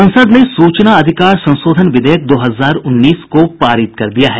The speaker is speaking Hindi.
संसद ने सूचना अधिकार संशोधन विधेयक दो हजार उन्नीस को पारित कर दिया है